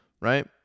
Right